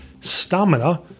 Stamina